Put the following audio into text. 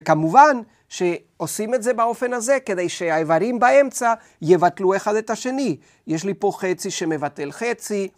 כמובן, שעושים את זה באופן הזה, כדי שהאיברים באמצע יבטלו אחד את השני. יש לי פה חצי שמבטל חצי.